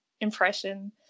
impression